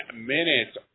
minutes